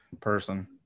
person